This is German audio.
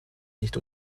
nicht